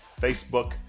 Facebook